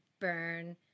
burn